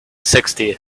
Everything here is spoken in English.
sixty